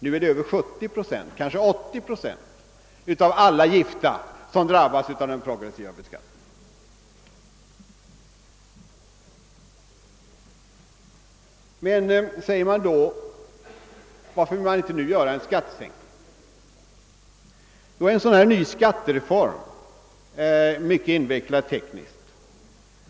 Nu är det över 70, kanske 80 procent av alla gifta som drabbas av den progressiva beskattningen. Varför vill man då inte göra en skattereform nu? Ja, en skattereform är tekniskt mycket invecklad.